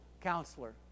counselor